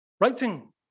Writing